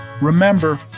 Remember